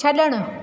छड॒णु